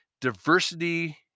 diversity